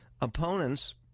opponents